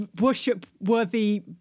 worship-worthy